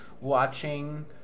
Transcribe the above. watching